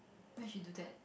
why she do that